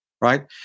right